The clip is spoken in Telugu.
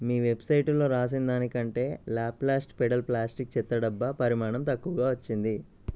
మీ వెబ్సైటులో రాసిన దానికంటే ల్యాప్లాస్ట్ పెడల్ ప్లాస్టిక్ చెత్త డబ్బా పరిమాణం తక్కువగా వచ్చింది